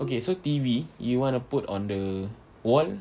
okay so T_V you want to put on the wall